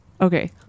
Okay